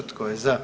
Tko je za?